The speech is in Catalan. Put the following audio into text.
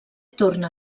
torna